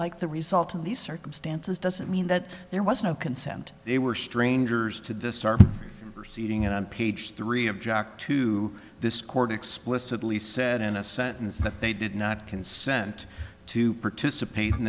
like the result of these circumstances doesn't mean that there was no consent they were strangers to this are receiving it on page three of jack to this court explicitly said in a sentence that they did not consent to participate in